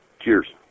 Cheers